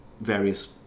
various